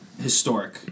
historic